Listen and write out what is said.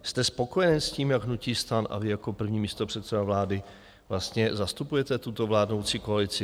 Jste spokojen s tím, jak hnutí STAN a vy jako první místopředseda vlády zastupujete tuto vládnoucí koalici?